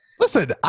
Listen